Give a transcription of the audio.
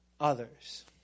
others